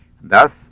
thus